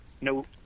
no